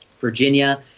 Virginia